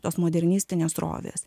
tos modernistinės srovės